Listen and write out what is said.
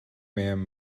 man